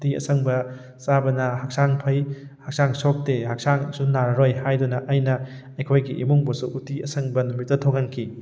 ꯎꯇꯤ ꯑꯁꯪꯕ ꯆꯥꯕꯅ ꯍꯛꯆꯥꯡ ꯐꯩ ꯍꯛꯆꯥꯡ ꯁꯣꯛꯇꯦ ꯍꯛꯆꯥꯡꯁꯨ ꯅꯥꯔꯔꯣꯏ ꯍꯥꯏꯗꯨꯅ ꯑꯩꯅ ꯑꯩꯈꯣꯏꯒꯤ ꯏꯃꯨꯡꯕꯨꯁꯨ ꯎꯇꯤ ꯑꯁꯪꯕ ꯅꯨꯃꯤꯠꯇ ꯊꯣꯡꯍꯟꯈꯤ